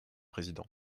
président